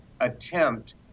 attempt